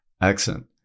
accent